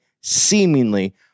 seemingly